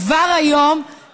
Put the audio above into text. קודם לא צריך,